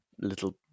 little